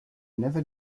never